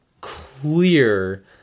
clear